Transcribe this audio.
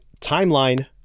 timeline